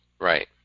Right